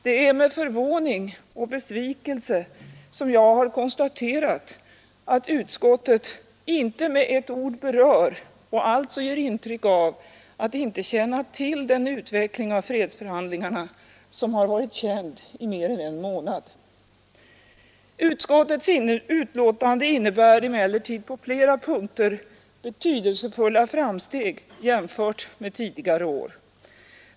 Det är med förvåning och besvikelse jag konstaterar att utskottet inte med ett ord berör och alltså ger intryck av att inte känna till den utveckling av fredsförhandlingarna som varit känd i mer än en månad. Utskottets betänkande innebär emellertid på flera punkter betydelsefulla framsteg jämfört med tidigare år.